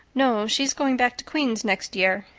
no, she is going back to queen's next year.